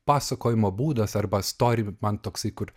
pasakojimo būdas arba stori man toksai kur